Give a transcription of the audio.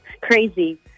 Crazy